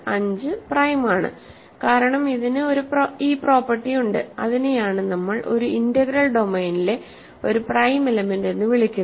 5 prime ആണ് കാരണം ഇതിന് ഈ പ്രോപ്പർട്ടി ഉണ്ട് അതിനെയാണ് നമ്മൾ ഒരു ഇന്റഗ്രൽ ഡൊമെയ്നിലെ ഒരു പ്രൈം എലെമെന്റ് എന്ന് വിളിക്കുന്നത്